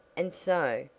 and so,